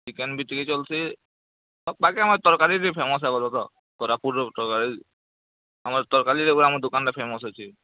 chicken ବି ଟିକେ ଚଲଛି ଆଉ ବାକି ଆମର୍ ତରକାରୀର୍ ଫେମସ୍ ହେବାର ତ କୋରାପୁଟ୍ର ତରକାରୀ ଆମର୍ ତରକାରୀ ଯୋଗୁଁ ଆମ ଦୋକାନ୍ରେ ଫେମସ୍ ଅଛି